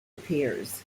appears